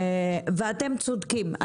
אתם צודקים,